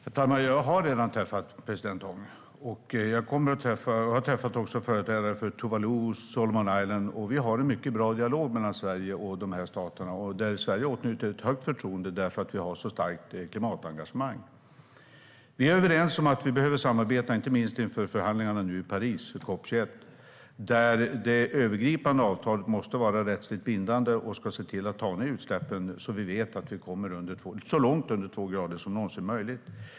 Herr talman! Jag har redan träffat president Tong. Jag har även träffat företrädare för Tuvalu och Solomon Islands. Sverige har en mycket bra dialog med dessa stater och åtnjuter ett högt förtroende för att vi har ett så starkt klimatengagemang. Vi är överens om att vi behöver samarbeta, inte minst inför COP 21-förhandlingarna i Paris. Det övergripande avtalet måste vara rättsligt bindande och se till att utsläppen tas ned så att vi vet att vi kommer så långt under två grader som det någonsin är möjligt.